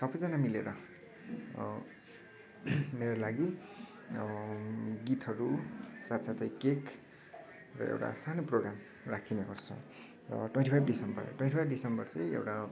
सबैजना मिलेर मेरो लागि गीतहरू साथ साथै केक् र एउटा सानो प्रोग्राम राखिने गर्छ र twenty five December twenty five December twenty five December चाहिँ एउटा